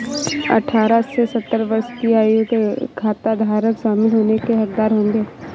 अठारह से सत्तर वर्ष की आयु के खाताधारक शामिल होने के हकदार होंगे